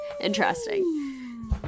Interesting